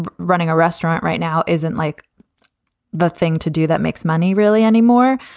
ah running a restaurant right now isn't like the thing to do that makes money really anymore.